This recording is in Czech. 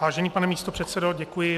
Vážený pane místopředsedo, děkuji.